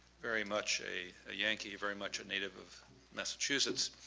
very much a ah yankee, very much a native of massachusetts,